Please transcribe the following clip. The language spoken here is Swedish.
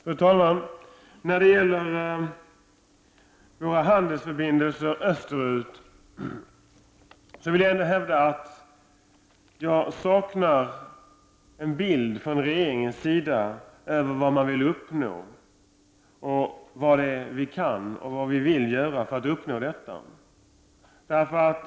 Fru talman! När det gäller våra handelsförbindelser österut vill jag hävda att jag saknar en bild av vad regeringen vill uppnå, och vad den kan och vill göra för att uppnå detta.